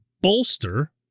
bolster